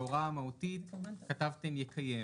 בהוראה המהותית כתבתם 'יקיים'.